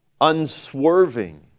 unswerving